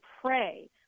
pray